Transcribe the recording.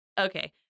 Okay